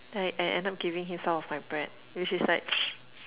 then I I end up giving him some of my bread which is like